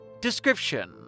Description